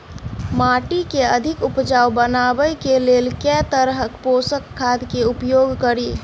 माटि केँ अधिक उपजाउ बनाबय केँ लेल केँ तरहक पोसक खाद केँ उपयोग करि?